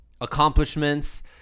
accomplishments